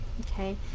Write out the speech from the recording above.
okay